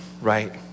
right